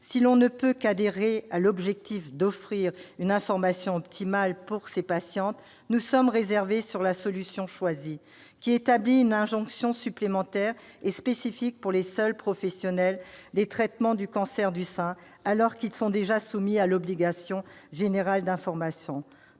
Si l'on ne peut qu'adhérer à l'objectif d'offrir une information optimale pour ces patientes, nous sommes réservés sur la solution choisie, qui établit une injonction supplémentaire et spécifique pour les seuls professionnels des traitements du cancer du sein, alors qu'ils sont déjà soumis à l'obligation générale d'information.